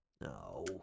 no